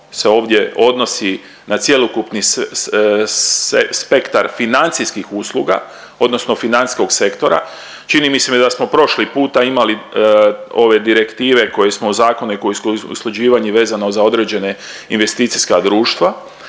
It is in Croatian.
se ovdje odnosi na cjelokupni spektar financijskih usluga odnosno financijskog sektora, čini mi se da smo prošli puta imali ove direktive koje smo zakone koje usklađivanje vezano za određene investicijska društva,